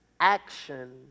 action